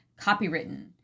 copywritten